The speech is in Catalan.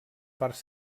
parts